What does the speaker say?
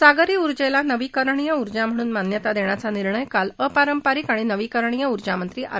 सागरी उजेला नवी करणीय उर्जा म्हणून मान्यता देण्याचा निर्णय काल अपारपारिक आणि नवीकरणीय उर्जामंत्री आर